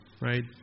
right